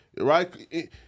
right